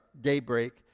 daybreak